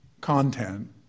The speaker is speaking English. content